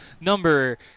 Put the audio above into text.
number